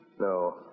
No